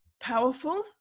Powerful